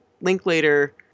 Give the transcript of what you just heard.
Linklater